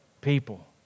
people